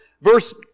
Verse